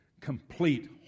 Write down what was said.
complete